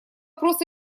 просто